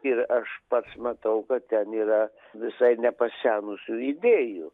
ir aš pats matau kad ten yra visai nepasenusių idėjų